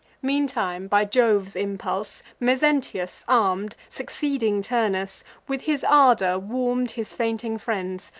meantime, by jove's impulse, mezentius arm'd, succeeding turnus, with his ardor warm'd his fainting friends,